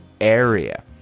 area